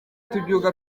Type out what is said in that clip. tubyuka